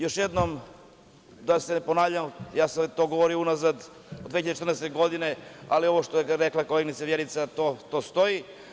Još jednom, da se ne ponavljam, ja sam to govorio od 2014. godine, ali ovo što je rekla koleginica Vjerica, to stoji.